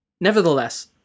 Nevertheless